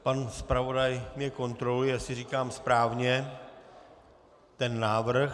Pan zpravodaj mě kontroluje, jestli říkám správně ten návrh.